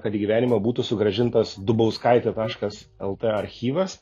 kad į gyvenimą būtų sugrąžintas dubauskaitė taškas lt archyvas